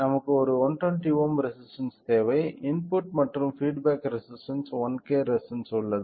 நமக்கு ஒரு 120 ohm resistance தேவை இன்புட் மற்றும் feedback resistance 1K resistance உள்ளது